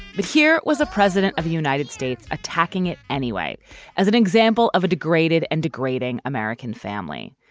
but here was a president of the united states attacking it anyway as an example of a degraded and degrading american family.